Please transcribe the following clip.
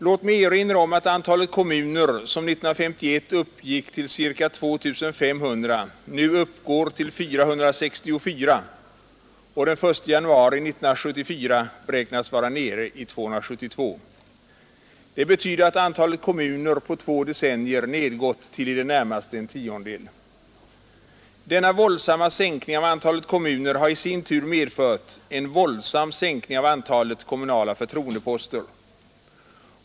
Låt mig erinra om att antalet kommuner, som 1951 uppgick till ca 2 500, nu uppgår till 464 och den 1 januari 1974 beräknas vara nere i 272. Det betyder att antalet kommuner på två decennier nedgått till i det närmaste en tiondel. Denna våldsamma sänkning av antalet kommuner har i sin tur medfört en våldsam sänkning av antalet kommunala förtroendeposter.